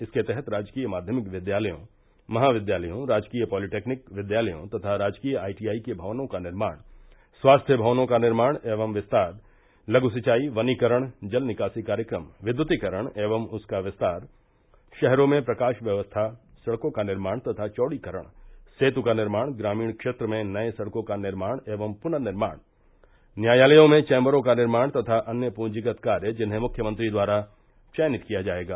इसके तहत राजकीय माध्यमिक विद्यालयों महाविद्यालयों राजकीय पालिटेक्निक विद्यालयों तथा राजकीय आईटीआई के भवनों का निर्माण स्वास्थ्य भवनों का निर्माण एवं विस्तार लघु सिंचाई वनीकरण जल निकासी कार्यक्रम विद्युतीकरण एवं उसका विस्तार शहरों में प्रकाश व्यवस्था सड़कों का निर्माण तथा चौड़ीकरण सेत् का निर्माण ग्रामीण क्षेत्र में नये सड़कों का निर्माण एवं प्नः निर्माण न्यायालयों में चैम्बरों का निर्माण तथा अन्य पंजीगत कार्य जिन्हें मुख्यमंत्री द्वारा चयनित किया जायेगा